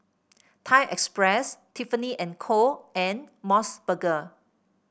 Thai Express Tiffany And Co and MOS burger